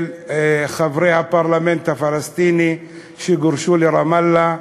חברי הפרלמנט הפלסטיני שגורשו לרמאללה,